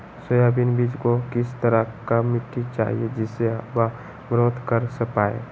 Soybean बीज को किस तरह का मिट्टी चाहिए जिससे वह ग्रोथ कर पाए?